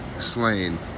slain